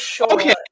okay